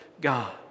God